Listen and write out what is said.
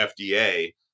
FDA